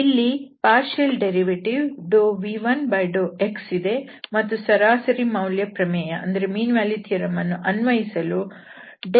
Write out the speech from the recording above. ಇಲ್ಲಿ ಭಾಗಶಃ ಉತ್ಪನ್ನ v1 ∂x ಇದೆ ಮತ್ತು ಸರಾಸರಿ ಮೌಲ್ಯದ ಪ್ರಮೇಯ ವನ್ನು ಅನ್ವಯಿಸಲು δxಇಂದ ಭಾಗಿಸಬೇಕು